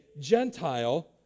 Gentile